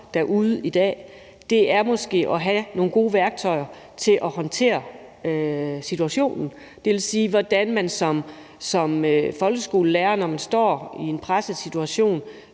derude i dag, er måske at have nogle gode værktøjer til at håndtere situationen. Det vil sige, hvordan man som folkeskolelærer, når man står i en presset situation,